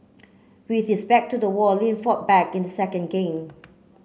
with his back to the wall Lin fought back in the second game